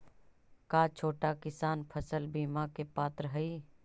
का छोटा किसान फसल बीमा के पात्र हई?